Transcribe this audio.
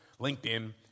LinkedIn